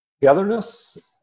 togetherness